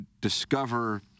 discover